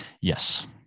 Yes